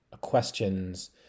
questions